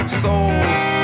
soul's